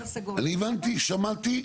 אני הבנתי, שמעתי.